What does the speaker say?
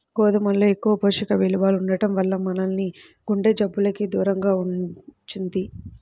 గోధుమల్లో ఎక్కువ పోషక విలువలు ఉండటం వల్ల మనల్ని గుండె జబ్బులకు దూరంగా ఉంచుద్ది